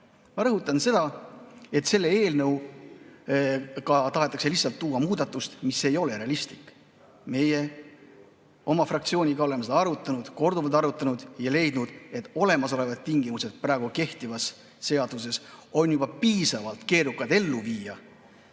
Ma rõhutan seda, et selle eelnõuga tahetakse lihtsalt tuua muudatust, mis ei ole realistlik. Meie oma fraktsiooniga oleme seda arutanud, korduvalt arutanud ja leidnud, et olemasolevad tingimused kehtivas seaduses on juba piisavalt keerukad ellu viia,